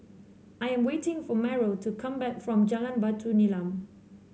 I am waiting for Meryl to come back from Jalan Batu Nilam